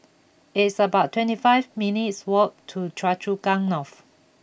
it's about twenty five minutes' walk to Choa Chu Kang North